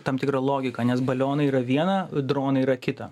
tam tikrą logiką nes balionai yra viena dronai yra kita